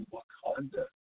Wakanda